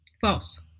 False